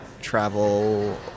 travel